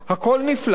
הכול נפלא,